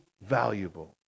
valuable